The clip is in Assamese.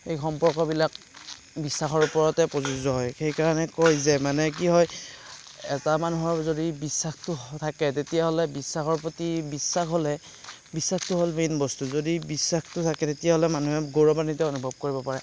এই সম্পৰ্কবিলাক বিশ্বাসৰ ওপৰতে প্ৰযোজ্য হয় সেইকাৰণে কয় যে মানে কি হয় এটা মানুহৰ যদি বিশ্বাসটো থাকে তেতিয়াহ'লে বিশ্বাসৰ প্ৰতি বিশ্বাস হ'লে বিশ্বাসটো হ'ল মেইন বস্তু যদি বিশ্বাসটো থাকে তেতিয়াহ'লে মানুহে গৌৰৱান্বিত অনুভৱ কৰিব পাৰে